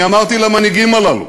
אני אמרתי למנהיגים הללו,